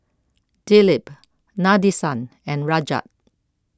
Dilip Nadesan and Rajat